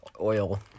Oil